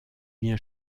bien